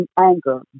anger